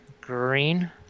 green